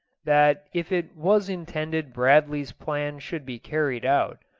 that if it was intended bradley's plan should be carried out,